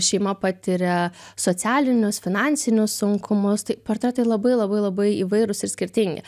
šeima patiria socialinius finansinius sunkumus tai portretai labai labai labai įvairūs ir skirtingi